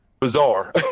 bizarre